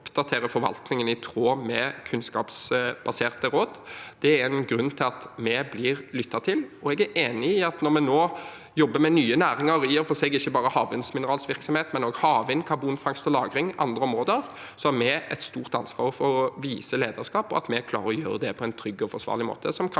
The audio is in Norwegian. forvaltningen i tråd med kunnskapsbaserte råd. Det er en grunn til at vi blir lyttet til. Jeg er enig i at når vi nå jobber med nye næringer – i og for seg ikke bare havbunnsmineralvirksomhet, men også havvind, karbonfangst og -lagring og andre områder – har vi et stort ansvar for å vise lederskap og at vi klarer å gjøre det på en trygg og forsvarlig måte